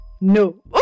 No